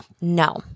No